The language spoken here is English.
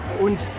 und